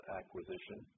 acquisition